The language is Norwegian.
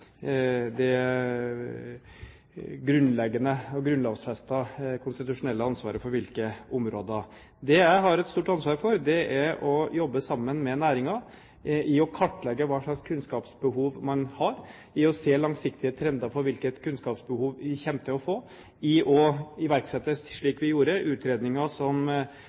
grunnleggende og grunnlovfestede konstitusjonelle ansvaret for hvilke områder. Det jeg har et stort ansvar for, er å jobbe sammen med næringen med å kartlegge hva slags kunnskapsbehov man har, se de langsiktige trender for hvilket kunnskapsbehov vi kommer til å få, iverksette utredninger – slik vi gjorde, og som